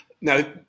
Now